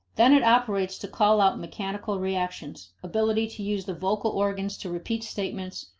then it operates to call out mechanical reactions, ability to use the vocal organs to repeat statements,